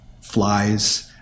flies